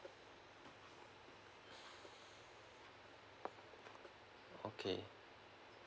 okay